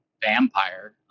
vampire